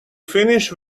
finished